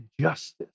justice